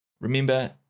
Remember